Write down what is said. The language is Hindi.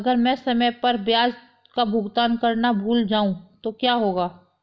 अगर मैं समय पर ब्याज का भुगतान करना भूल जाऊं तो क्या होगा?